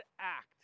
act